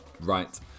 Right